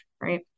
right